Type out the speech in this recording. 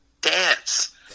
Dance